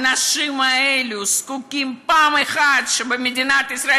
האנשים האלה זקוקים פעם אחת שבמדינת ישראל